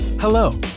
Hello